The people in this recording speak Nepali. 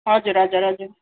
हजुर हजुर हजुर